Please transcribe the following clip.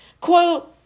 quote